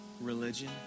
religion